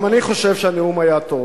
גם אני חושב שהנאום היה טוב.